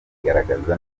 igaragaza